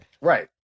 Right